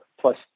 plus